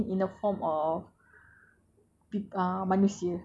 a really roh atau jin in a form of